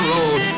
Road